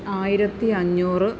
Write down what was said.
ആയിരത്തി അഞ്ഞൂറ്